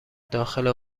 داخل